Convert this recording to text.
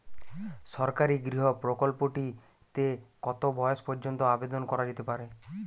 সরকারি গৃহ প্রকল্পটি তে কত বয়স পর্যন্ত আবেদন করা যেতে পারে?